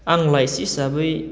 आं लाइसि हिसाबै